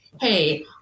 hey